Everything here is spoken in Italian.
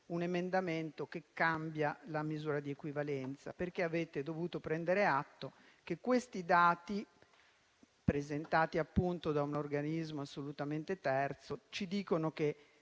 un emendamento che cambia la misura di equivalenza, perché avete dovuto prendere atto che questi dati, presentati da un organismo assolutamente terzo, ci dicono che